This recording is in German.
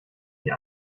die